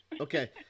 Okay